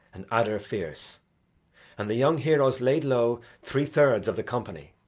and adder fierce and the young heroes laid low three-thirds of the company.